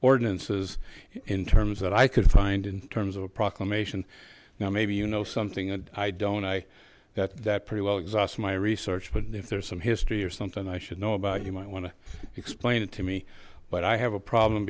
ordinances in terms that i could find in terms of a proclamation now maybe you know something i don't i that that pretty well exhausted my research but if there's some history or something i should know about you might want to explain it to me but i have a problem